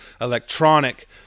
electronic